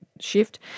shift